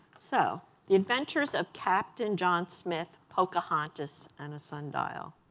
so, the adventures of captain john smith, pocahontas, and a sundial